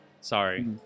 Sorry